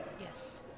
Yes